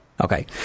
Okay